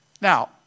Now